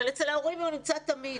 אבל אצל ההורים הוא נמצא תמיד,